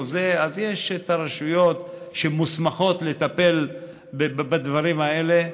אז יש את הרשויות שמוסמכות לטפל בדברים האלה.